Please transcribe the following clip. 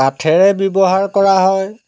কাঠেৰে ব্যৱহাৰ কৰা হয়